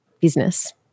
business